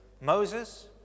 Moses